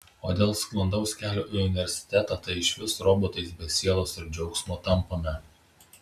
o dėl sklandaus kelio į universitetą tai išvis robotais be sielos ir džiaugsmo tampame